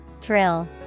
Thrill